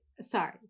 Sorry